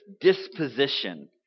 disposition